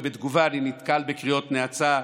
ובתגובה אני נתקל בקריאות נאצה.